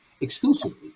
exclusively